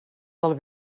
del